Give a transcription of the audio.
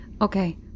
Okay